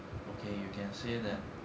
okay you can say that